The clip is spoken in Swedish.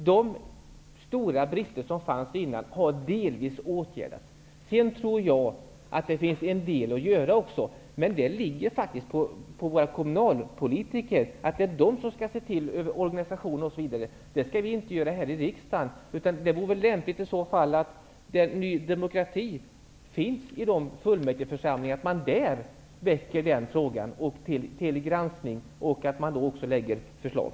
De stora brister som tidigare fanns har delvis åtgärdats. Jag tror också att det finns en del att göra. Men det är våra kommunalpolitiker som skall se över organisationen osv. Det skall vi inte göra här i riksdagen. Det vore lämpligt att Ny demokrati i de fullmäktigeförsamlingar partiet är representerat tar upp denna fråga till granskning och också lägger fram förslag.